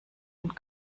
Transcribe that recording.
und